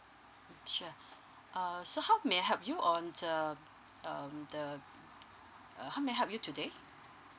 mm sure err so how may I help you on the um the uh how may I help you today